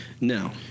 No